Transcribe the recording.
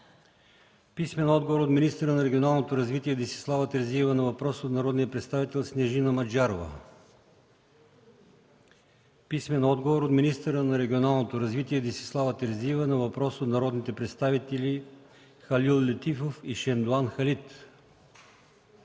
Николов; - министъра на регионалното развитие Десислава Терзиева на въпрос от народния представител Снежина Маджарова; - министъра на регионалното развитие Десислава Терзиева на въпрос от народните представители Халил Лютифов и Шендоан Халит.